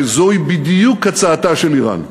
הרי זוהי בדיוק הצעתה של איראן.